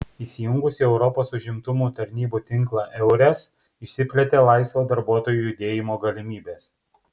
įsijungus į europos užimtumo tarnybų tinklą eures išsiplėtė laisvo darbuotojų judėjimo galimybės